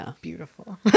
beautiful